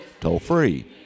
toll-free